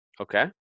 Okay